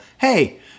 hey